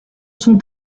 son